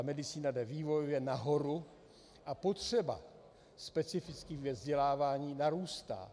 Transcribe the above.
Medicína jde vývojově nahoru a potřeba specifického vzdělávání narůstá.